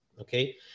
okay